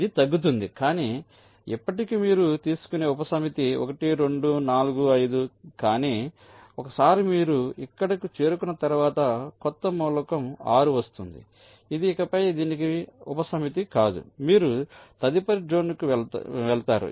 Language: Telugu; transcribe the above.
ఇది తగ్గుతోంది కానీ ఇప్పటికీ మీరు తీసుకునే ఉపసమితి 1 2 4 5 కానీ ఒకసారి మీరు ఇక్కడకు చేరుకున్న తర్వాత కొత్త మూలకం 6 వస్తోంది ఇది ఇకపై దీనికి ఉపసమితి కాదు మీరు తదుపరి జోన్కు వెళతారు